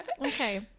Okay